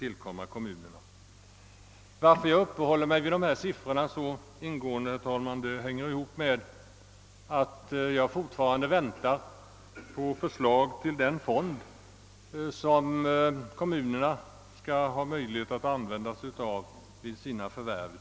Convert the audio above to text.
Anledningen till att jag uppehåller mig vid dessa siffror, herr talman, sammanhänger med att jag fortfarande väntar på förslag beträffande den utlovade fond som kommunerna skall använda sig av vid sina markförvärv.